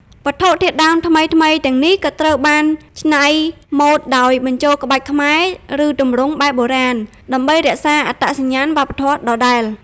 វត្ថុធាតុដើមថ្មីៗទាំងនេះក៏ត្រូវបានច្នៃម៉ូដដោយបញ្ចូលក្បាច់ខ្មែរ ឬទម្រង់បែបបុរាណ ដើម្បីរក្សាអត្តសញ្ញាណវប្បធម៌ដដែល។